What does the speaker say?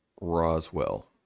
roswell